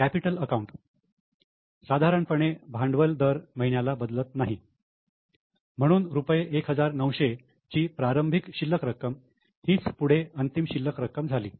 capital account साधारणपणे भांडवल दर महिन्यात बदलत नाही म्हणून रुपये 1900 ची प्रारंभिक शिल्लक रक्कम हीच पुढे अंतिम शिल्लक रक्कम झाली